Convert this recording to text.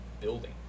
building